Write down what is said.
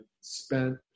spent